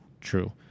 True